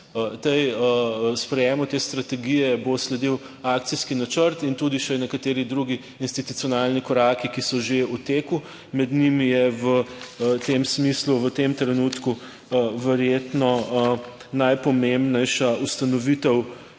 Sprejetju te strategije bo sledil akcijski načrt in tudi še nekateri drugi institucionalni koraki, ki so že v teku. Med njimi je v tem smislu v tem trenutku verjetno najpomembnejša ustanovitev